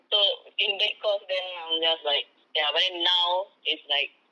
so in that course then I'm just like ya but then now it's like